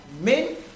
men